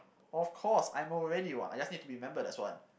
of course I'm already one I just need to remember that's one